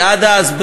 כי עד אז,